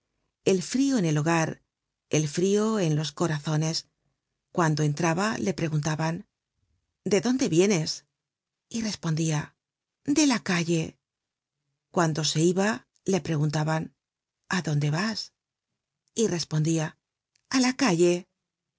el frio en el hogar el frio en los corazones cuando entraba le preguntaban de dónde vienes y respondia de la calle cuando se iba le preguntaban a dónde vas y respondia a la calle